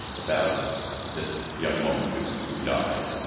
about this young woman who who died.